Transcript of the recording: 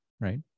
right